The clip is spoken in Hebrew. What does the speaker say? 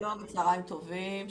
צהריים טובים.